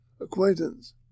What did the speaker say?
acquaintance